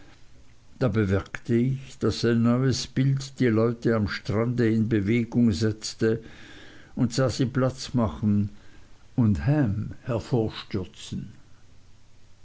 da bemerkte ich daß ein neues bild die leute am strande in bewegung setzte sah sie platz machen und ham